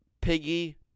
Piggy